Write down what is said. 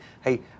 hey